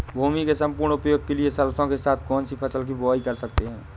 भूमि के सम्पूर्ण उपयोग के लिए सरसो के साथ कौन सी फसल की बुआई कर सकते हैं?